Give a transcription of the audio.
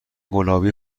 گلابی